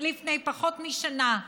לפני פחות משנה,